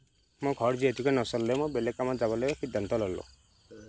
মোৰ ঘৰ যিহেতুকে নচলে মই বেলেগ কামত যাবলৈ সিদ্ধান্ত ল'লোঁ